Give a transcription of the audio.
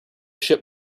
ship